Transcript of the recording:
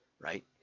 right